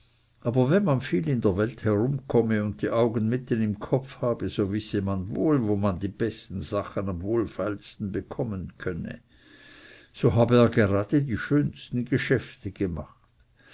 aber wenn man viel in der welt herumkomme und die augen mitten im kopf habe so wisse man bald wo man die besten sachen am wohlfeilsten bekommen könne so habe er gerade die schönsten geschäfte gemacht